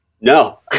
No